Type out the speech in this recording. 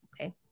okay